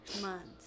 months